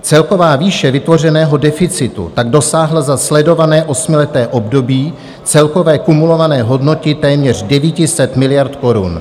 Celková výše vytvořeného deficitu tak dosáhla za sledované osmileté období celkové kumulované hodnoty téměř 900 miliard korun.